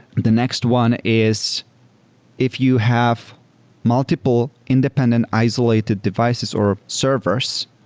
the next one is if you have multiple independent isolated devices or servers,